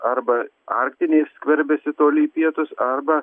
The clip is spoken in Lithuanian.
arba arktinė skverbiasi toli į pietus arba